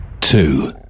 Two